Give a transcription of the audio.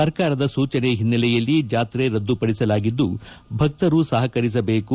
ಸರ್ಕಾರದ ಸೂಜನೆ ಓನ್ನೆಲೆಯಲ್ಲಿ ಜಾತ್ರೆ ರದ್ದುಪಡಿಸಲಾಗಿದ್ದು ಭಕ್ತರು ಸಹಕರಿಸಬೇಕು